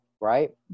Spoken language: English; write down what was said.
right